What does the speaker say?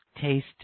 taste